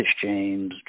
James